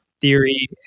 theory